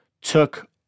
took